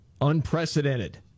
unprecedented